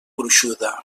gruixuda